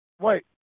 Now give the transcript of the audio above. wait